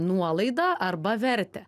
nuolaidą arba vertę